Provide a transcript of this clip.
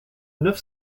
neuf